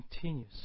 continues